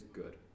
good